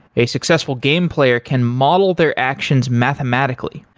a successful game player can model their actions mathematically.